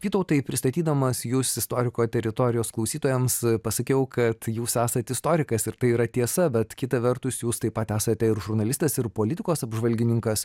vytautai pristatydamas jus istoriko teritorijos klausytojams pasakiau kad jūs esat istorikas ir tai yra tiesa bet kita vertus jūs taip pat esate ir žurnalistas ir politikos apžvalgininkas